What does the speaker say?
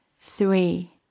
Three